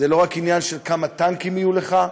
זה לא רק עניין של כמה טנקים יהיו לך,